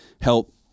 help